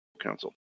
council